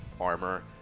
armor